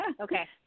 Okay